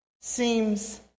seems